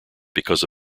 because